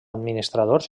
administradors